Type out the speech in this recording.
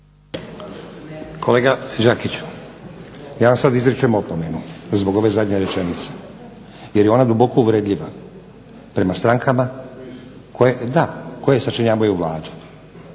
Kolega Đakiću ja vam sada izričem opomenu zbog ove zadnje rečenice jer je ona duboko uvredljiva prema strankama koje sačinjavaju Vladu.